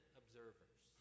observers